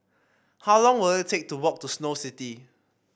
how long will it take to walk to Snow City